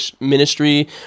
ministry